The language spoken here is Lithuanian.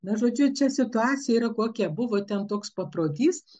na žodžiu čia situacija yra kokia buvo ten toks paprotys